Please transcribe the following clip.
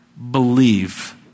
Believe